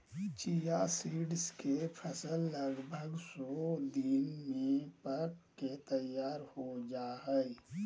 chia seeds के फसल लगभग सो दिन में पक के तैयार हो जाय हइ